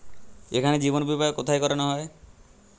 এখানে জীবন বীমা কোথায় করানো হয়?